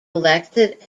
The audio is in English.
elected